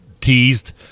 teased